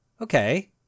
Okay